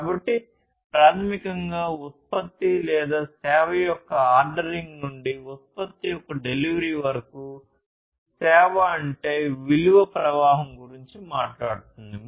కాబట్టి ప్రాథమికంగా ఉత్పత్తి లేదా సేవ యొక్క ఆర్డరింగ్ నుండి ఉత్పత్తి యొక్క డెలివరీ వరకు సేవ అంటే విలువ ప్రవాహం గురించి మాట్లాడుతుంది